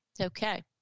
Okay